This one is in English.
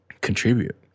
contribute